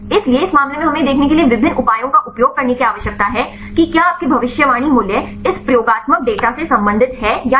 इसलिए इस मामले में हमें यह देखने के लिए विभिन्न उपायों का उपयोग करने की आवश्यकता है कि क्या आपके भविष्यवाणी मूल्य इस प्रयोगात्मक डेटा से संबंधित हैं या नहीं